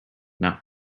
not